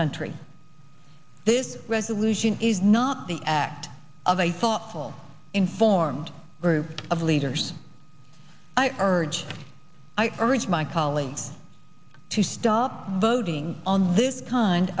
country this resolution is not the act of a thoughtful informed group of leaders i urge i urge my colleagues to stop voting on this kind